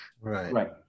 Right